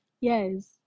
yes